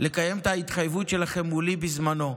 לקיים את ההתחייבות שלכם מולי בזמנו,